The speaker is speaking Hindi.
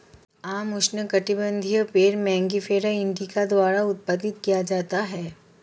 आम उष्णकटिबंधीय पेड़ मैंगिफेरा इंडिका द्वारा उत्पादित किया जाता है